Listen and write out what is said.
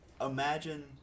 Imagine